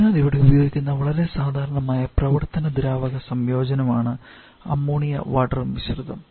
അതിനാൽ ഇവിടെ ഉപയോഗിക്കുന്ന വളരെ സാധാരണമായ പ്രവർത്തന ദ്രാവക സംയോജനമാണ് അമോണിയ വാട്ടർ മിശ്രിതം